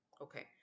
Okay